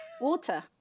Water